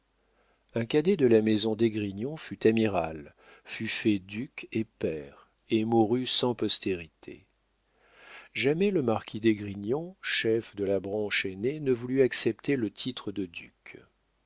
un cadet de la maison d'esgrignon fut amiral fut fait duc et pair et mourut sans postérité jamais le marquis d'esgrignon chef de la branche aînée ne voulut accepter le titre de duc